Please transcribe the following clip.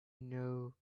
know